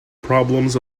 problems